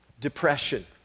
Depression